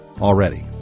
already